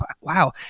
wow